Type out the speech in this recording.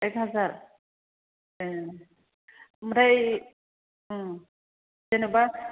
एक हाजार ए ओमफ्राय उम जेन'बा